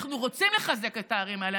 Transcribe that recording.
אנחנו רוצים לחזק את הערים האלה,